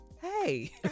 Hey